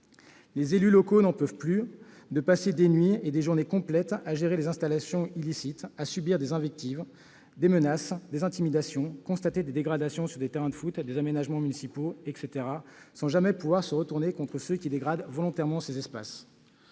Les élus locaux n'en peuvent plus de passer des jours et des nuits à gérer les installations illicites, à subir invectives, menaces et intimidations, à constater des dégradations sur des terrains de football ou des aménagements municipaux, sans jamais pouvoir se retourner contre ceux qui dégradent volontairement ces espaces.